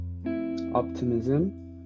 optimism